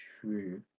true